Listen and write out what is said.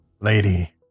Lady